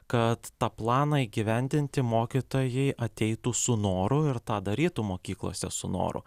kad tą planą įgyvendinti mokytojai ateitų su noru ir tą darytų mokyklose su noru